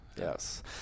yes